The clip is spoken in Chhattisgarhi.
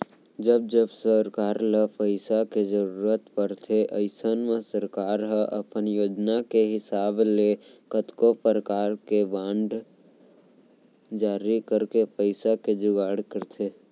जब जब सरकार ल पइसा के जरूरत परथे अइसन म सरकार ह अपन योजना के हिसाब ले कतको परकार के बांड जारी करके पइसा के जुगाड़ करथे